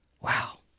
Wow